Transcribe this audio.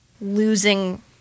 losing